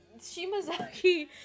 Shimazaki